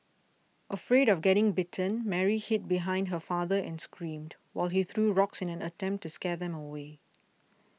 afraid of getting bitten Mary hid behind her father and screamed while he threw rocks in an attempt to scare them away